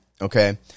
Okay